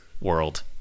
world